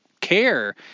care